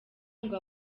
ngo